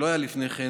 שלא היה לפני כן,